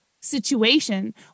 situation